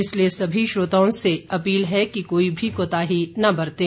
इसलिए सभी श्रोताओं से अपील है कि कोई भी कोताही न बरतें